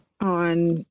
on